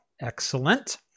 Excellent